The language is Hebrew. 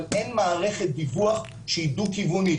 אבל אין מערכת דיווח שידעו כיוונים,